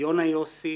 יונה יוסי,